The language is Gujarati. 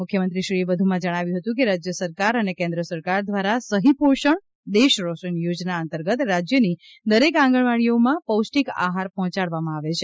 મુખ્યમંત્રી શ્રી એ વધુમાં જણાવ્યું હતું કે રાજ્ય સરકાર અને કેન્દ્ર સરકાર દ્વારા સહી પોષણ દેશ રોશન યોજના અંતર્ગત રાજ્યની દરેક આંગણવાડીઓમાં પોષ્ટીક આહાર પહોંચાડવામાં આવે છે